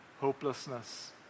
hopelessness